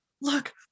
Look